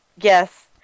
Yes